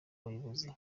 abayobozi